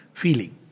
feeling